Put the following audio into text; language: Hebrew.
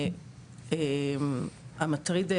והמטריד,